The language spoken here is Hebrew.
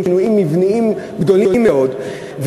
שינויים מבניים גדולים מאוד.